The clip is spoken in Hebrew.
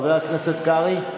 חבר הכנסת קרעי?